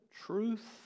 truth